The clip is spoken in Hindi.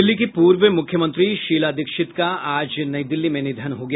दिल्ली की पूर्व मुख्यमंत्री शीला दीक्षित का आज नई दिल्ली में निधन हो गया